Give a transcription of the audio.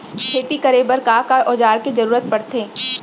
खेती करे बर का का औज़ार के जरूरत पढ़थे?